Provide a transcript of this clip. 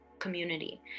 community